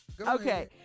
Okay